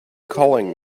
calling